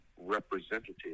representative